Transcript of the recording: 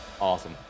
Awesome